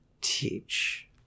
Teach